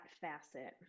facet